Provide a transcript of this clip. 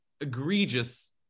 egregious